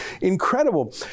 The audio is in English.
incredible